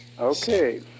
Okay